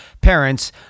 parents